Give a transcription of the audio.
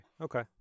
okay